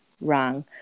wrong